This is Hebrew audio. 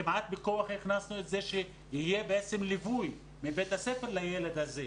כמעט בכוח הכנסנו את זה שיהיה ליווי מבית הספר לילד הזה.